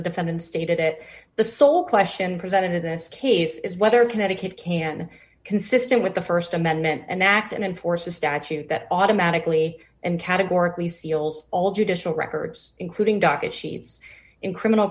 the defendant stated at the sole question presented this case is whether connecticut can consistent with the st amendment and act and enforce a statute that automatically and categorically seals all judicial records including docket sheets in criminal